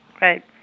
right